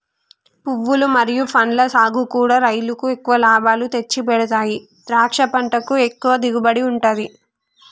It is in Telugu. పువ్వులు మరియు పండ్ల సాగుకూడా రైలుకు ఎక్కువ లాభాలు తెచ్చిపెడతాయి ద్రాక్ష పంటకు ఎక్కువ దిగుబడి ఉంటది